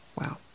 Wow